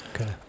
Okay